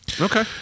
Okay